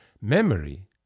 Memory